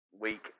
weak